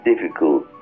difficult